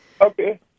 Okay